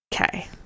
Okay